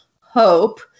hope